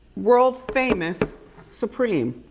world famous supreme.